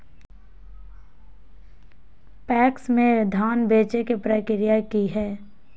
PACS में धाम बेचे के प्रक्रिया की हय?